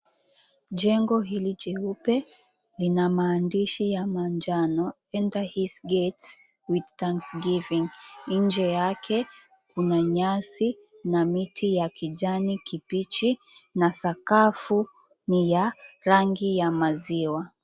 Jengo hili jeupe lina maandishi ya manjano, Enter His gates with thanksgiving. Nje yake kuna nyasi na miti ya kijani kibichi na sakafu ni ya rangi ya maziwa.